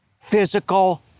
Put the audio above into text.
physical